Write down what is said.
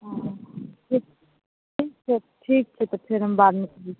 हाँ ठीक छै ठीक छै ठीक छै तऽ फेर हम बाद मे कहै छी